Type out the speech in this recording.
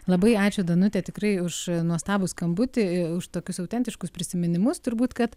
labai ačiū danute tikrai už nuostabų skambutį už tokius autentiškus prisiminimus turbūt kad